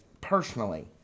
personally